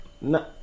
No